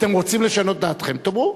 אתם רוצים לשנות את דעתכם, תאמרו.